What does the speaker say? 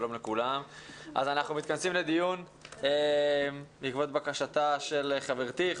אנחנו מתכנסים לדיון בעקבות בקשה של חברתי,